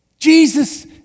Jesus